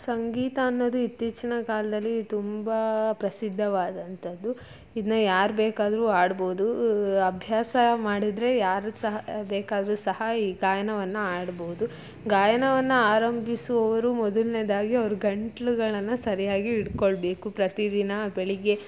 ಸಂಗೀತ ಅನ್ನೋದು ಇತ್ತೀಚಿನ ಕಾಲದಲ್ಲಿ ತುಂಬ ಪ್ರಸಿದ್ಧವಾದಂಥದ್ದು ಇದನ್ನ ಯಾರು ಬೇಕಾದರೂ ಹಾಡ್ಬೋದು ಅಭ್ಯಾಸ ಮಾಡಿದರೆ ಯಾರಿಗೆ ಸಹ ಬೇಕಾದರೂ ಸಹ ಈ ಗಾಯನವನ್ನು ಹಾಡ್ಬೋದು ಗಾಯನವನ್ನು ಆರಂಭಿಸುವವರು ಮೊದಲ್ನೇದಾಗಿ ಅವರು ಗಂಟಲುಗಳನ್ನ ಸರಿಯಾಗಿ ಇಟ್ಕೊಳ್ಬೇಕು ಪ್ರತಿ ದಿನ ಬೆಳಿಗ್ಗೆ